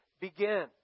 begin